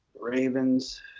Ravens